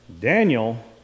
Daniel